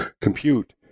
compute